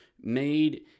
made